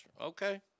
Okay